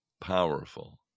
powerful